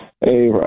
Hey